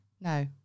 No